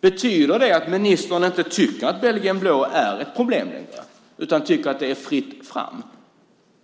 Betyder det att ministern inte tycker att belgisk blå är ett problem längre utan tycker att det är fritt fram?